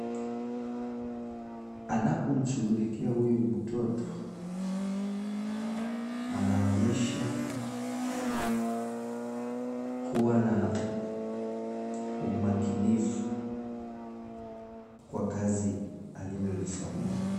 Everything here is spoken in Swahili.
Anapomshughulikia huyu mtoto, anaonyesha kuwa na umakinifu kwa kazi alilolisomea .